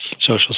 social